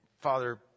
Father